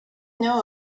know